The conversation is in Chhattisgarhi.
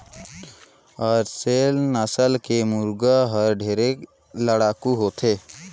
असेल नसल के मुरगा हर ढेरे लड़ाकू होथे